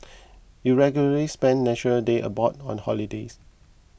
you regularly spend National Day abroad on holidays